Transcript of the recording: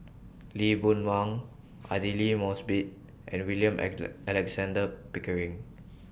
Lee Boon Wang Aidli Mosbit and William Alexander Pickering